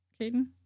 Caden